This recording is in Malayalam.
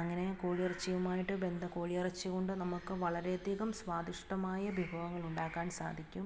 അങ്ങനെ കോഴിയിറച്ചിയുമായിട്ട് ബന്ധം കോഴിയിറച്ചി കൊണ്ട് നമുക്ക് വളരെയധികം സ്വാദിഷ്ടമായ വിഭവങ്ങൾ ഉണ്ടാക്കാൻ സാധിക്കും